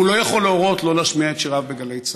הוא לא יכול להורות שלא להשמיע את שיריו בגלי צה"ל.